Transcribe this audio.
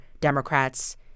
Democrats